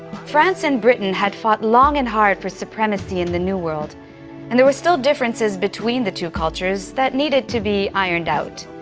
france and britain had fought long and hard for supremacy in the new world and there were still differences between the two cultures that needed to be ironed out.